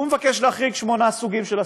הוא מבקש להחריג שמונה סוגים של עסקים,